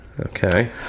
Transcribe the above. Okay